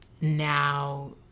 now